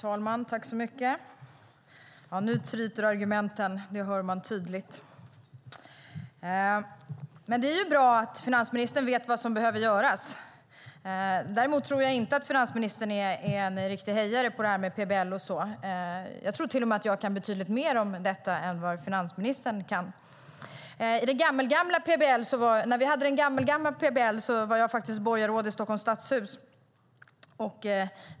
Herr talman! Nu tryter argumenten - det hör man tydligt. Det är bra att finansministern vet vad som behöver göras. Däremot tror jag inte att finansministern är en riktig hejare på PBL. Jag tror till och med att jag kan betydligt mer om detta än finansministern. När vi hade gammelgamla PBL var jag faktiskt borgarråd i Stockholms stadshus.